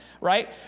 right